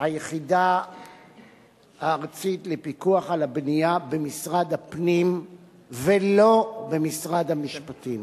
היחידה הארצית לפיקוח על הבנייה במשרד הפנים ולא במשרד המשפטים.